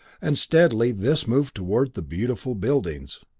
and steadily this moved toward the beautiful buildings.